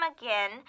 again